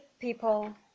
people